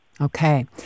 Okay